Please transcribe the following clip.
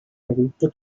europa